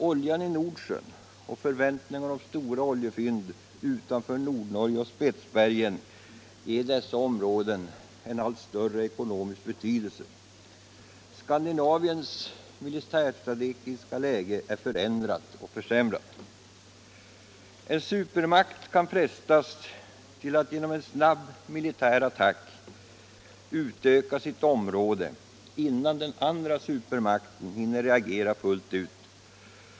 Oljan i Nordsjön och förväntningar om stora oljefynd utanför Nordnorge och Spetsbergen ger dessa områden en allt större ekonomisk betydelse. Skandinaviens militärstrategiska läge är förändrat och försämrat. En supermakt kan frestas till att genom en snabb militär attack utöka sitt område, innan den andra supermakten hinner reagera fullt ut.